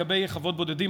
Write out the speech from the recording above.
לגבי חוות בודדים,